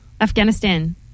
Afghanistan